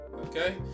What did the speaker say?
Okay